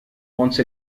once